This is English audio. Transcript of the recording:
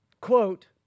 Quote